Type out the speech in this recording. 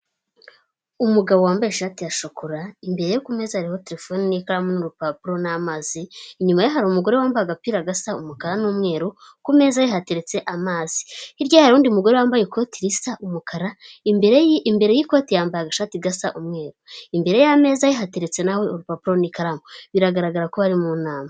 Umugabo wambaye ishati ya shokora, imbere ye kumeza hariho telefoni n'ikaramu n'urupapuro n'amazi, inyuma ye hari umugore wambaye agapira gasa umukara n'umweru, ku meza ye hateretse amazi, hirya ye hari undi mugore wambaye ikoti risa umukara, imbere y'ikoti yambaye agashati gasa umweru, imbere y'ameza ye hateretse nawe urupapuro n'karamu. Biragaragara ko bari mu nama.